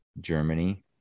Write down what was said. Germany